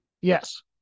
Yes